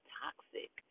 toxic